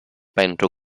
pentru